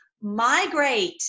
migrate